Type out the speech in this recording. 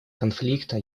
конфликта